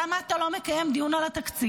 למה אתה לא מקיים דיון על התקציב?